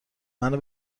منو